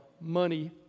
money